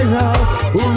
now